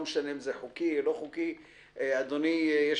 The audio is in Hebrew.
לא משנה אם זה חוקי או לא חוקי: "לאדוני יש